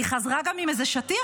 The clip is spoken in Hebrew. היא חזרה גם עם איזה שטיח,